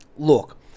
Look